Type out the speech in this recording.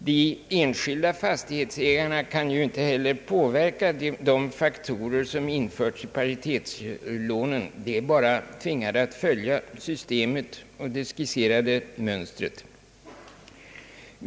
De enskilda fastighetsägarna kan inte heller påverka de faktorer som införs i paritetslånen. De är bara tvingade att följa systemet och det skisserade mönstret.